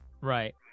Right